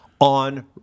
On